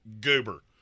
goober